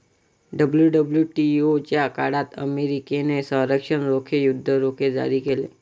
WWTO च्या काळात अमेरिकेने संरक्षण रोखे, युद्ध रोखे जारी केले